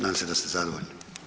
Nadam se da ste zadovoljni.